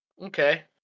Okay